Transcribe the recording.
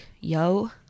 Yo